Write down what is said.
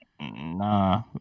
nah